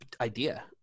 idea